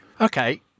Okay